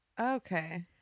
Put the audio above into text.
okay